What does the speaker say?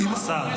השר,